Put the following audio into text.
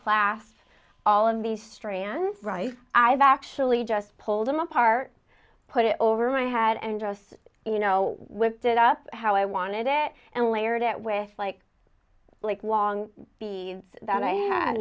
class all of these strands right i've actually just pulled them apart put it over my head and just you know with that up how i wanted it and layer it at with like like wong b s that i had